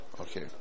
Okay